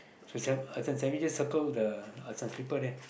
so shall we just circle the uh this one slipper there